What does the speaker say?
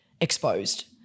exposed